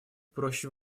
проще